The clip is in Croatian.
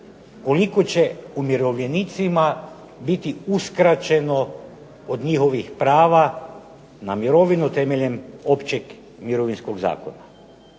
koliko će umirovljenicima biti uskraćeno od njihovih prava na mirovinu temeljem općeg Mirovinskog zakona.